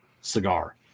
cigar